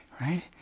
right